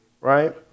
right